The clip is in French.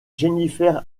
jennifer